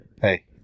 Hey